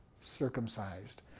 circumcised